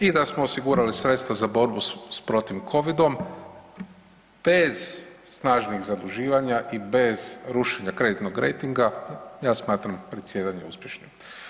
I da smo osigurali sredstva za borbu s covidom bez snažnih zaduživanja i bez rušenja kreditnog rejtinga, ja smatram predsjedanje uspješnim.